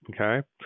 Okay